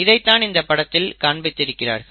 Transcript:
இதை தான் இந்த படத்தில் காண்பித்திருக்கிறார்கள்